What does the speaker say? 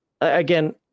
again